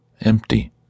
Empty